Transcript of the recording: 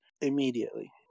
immediately